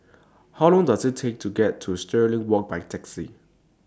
How Long Does IT Take to get to Stirling Walk By Taxi